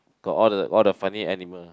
got all the all the funny animal